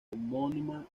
homónima